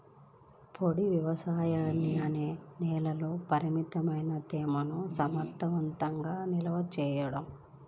పొడి వ్యవసాయం అనేది నేలలోని పరిమిత తేమను సమర్థవంతంగా నిల్వ చేయడం